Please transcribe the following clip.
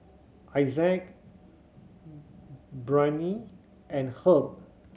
Isaac Brianne and Herb